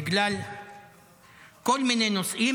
בגלל כל מיני נושאים.